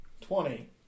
Twenty